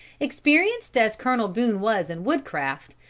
experienced as colonel boone was in wood-craft,